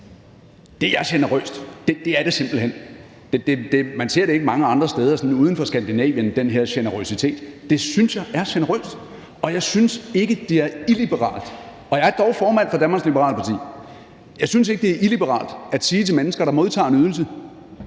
Det er generøst. Det er det simpelt hen. Man ser ikke den her generøsitet mange andre steder uden for Skandinavien, og jeg synes, det er generøst, og jeg synes ikke, det er illiberalt. Jeg er dog formand for Danmarks Liberale Parti, og jeg synes ikke, det er illiberalt at sige til mennesker, der modtager en ydelse,